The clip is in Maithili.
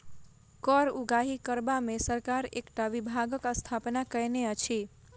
कर उगाही करबा मे सरकार एकटा विभागक स्थापना कएने अछि